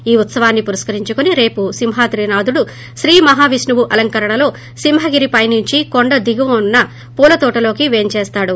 ఈ ఉత్పవాన్ని పురస్కరించుకును రేపు సింహాద్రినాధుడు శ్రీ మహావిష్ణువు అలంకరణలో సింహగిరి పై నుండి కొండ దిగువన ఉన్న పూలతోటలోకి వెంచేస్తాడు